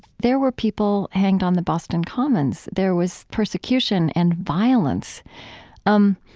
there were people hanged on the boston commons. there was persecution and violence um,